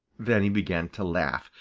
then he began to laugh,